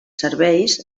serveis